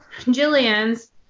Jillian's